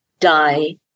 die